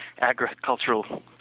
agricultural